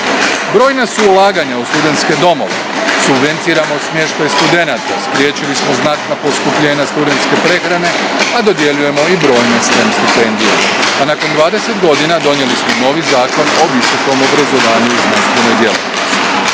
Brojna su ulaganja u studentske domove, subvencioniramo smještaj studenata, spriječili smo znatna poskupljenja studentske prehrane, a dodjeljujemo i brojne STEM stipendije, a nakon dvadeset godina donijeli smo novi Zakon o visokom obrazovanju i znanstvenoj djelatnosti.